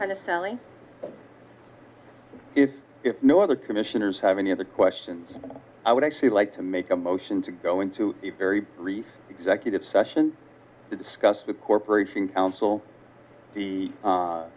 kind of silly if if no other commissioners have any other questions i would actually like to make a motion to go into a very brief executive session to discuss the corporation counsel